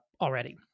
Already